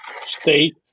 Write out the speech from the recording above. state